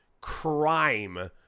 crime